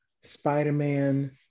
Spider-Man